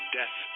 death